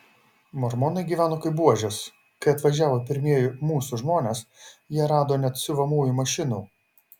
mormonai gyveno kaip buožės kai atvažiavo pirmieji mūsų žmonės jie rado net siuvamųjų mašinų